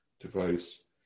device